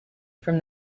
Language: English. from